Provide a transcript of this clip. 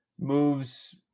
moves